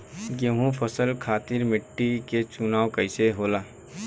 गेंहू फसल खातिर मिट्टी के चुनाव कईसे होला?